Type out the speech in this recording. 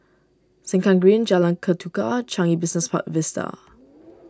Sengkang Green Jalan Ketuka and Changi Business Park Vista